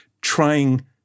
trying